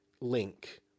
link